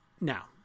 Now